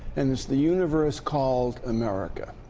and it's the universe called america.